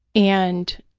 and